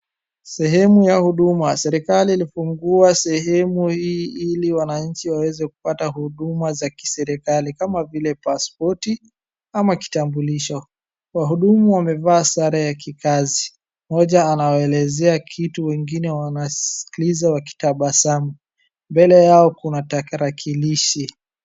Sehemh ya huduma, serikali ilifungua sehemu hii ili wananchi waweze kupata huduma za kiserikali kama vile paspoti, ama kitambulisho, wahudumu wamevaa sare ya kikazi, mmoja anaelezea kitu wengine wanaskiza wakitabasamu, mbele yao kuna tarakilishi.